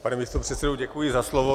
Pane místopředsedo, děkuji za slovo.